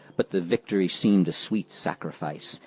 but the victory seemed a sweet sacrifice,